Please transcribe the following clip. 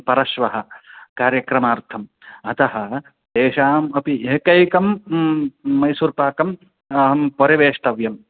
परश्वः कार्यक्रमार्थम् अतः तेषाम् अपि एकैकं मैसूर्पाकम् अहं परिवेष्टव्यम्